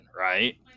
right